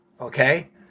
Okay